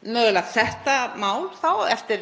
mögulegt,